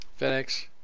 FedEx